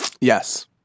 Yes